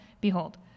Behold